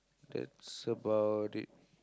that's about it